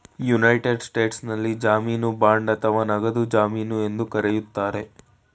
United ಸ್ಟೇಟ್ಸ್ನಲ್ಲಿ ಜಾಮೀನು bond ಅಥವಾ ನಗದು ಜಮೀನು ಎಂದು ಕರೆಯುತ್ತಾರೆ